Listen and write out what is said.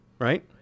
right